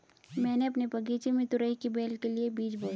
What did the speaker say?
मैंने अपने बगीचे में तुरई की बेल के लिए बीज बोए